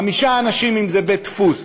חמישה אנשים אם זה בית-דפוס,